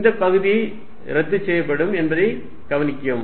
இந்தப் பகுதி ரத்து செய்யப்படும் என்பதை கவனிக்கவும்